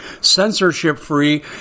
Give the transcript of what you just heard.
censorship-free